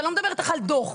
לא דו"חות.